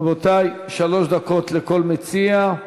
רבותי, שלוש דקות לכל מציע.